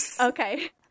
okay